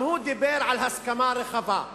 הוא גם דיבר על הסכמה רחבה.